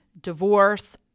Divorce